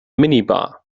minibar